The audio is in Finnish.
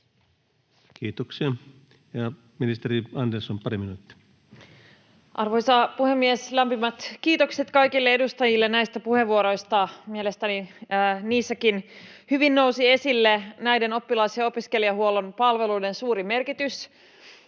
Kiitoksia. — Ministeri Andersson, pari minuuttia. Arvoisa puhemies! Lämpimät kiitokset kaikille edustajille näistä puheenvuoroista. Mielestäni niissäkin hyvin nousi esille näiden oppilas- ja opiskelijahuollon palveluiden suuri merkitys